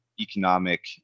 economic